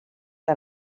que